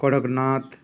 Kadaknath